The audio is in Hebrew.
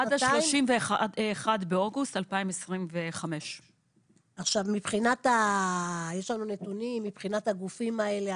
עד 31 באוגוסט 2025. יש לנו נתונים מבחינת הגופים האלה,